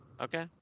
Okay